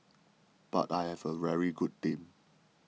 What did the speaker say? but I have a very good team